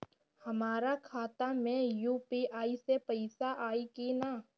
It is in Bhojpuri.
हमारा खाता मे यू.पी.आई से पईसा आई कि ना?